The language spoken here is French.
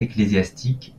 ecclésiastiques